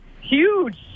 huge